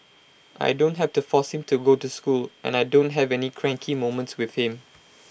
I don't have to force him to go to school and I don't have any cranky moments with him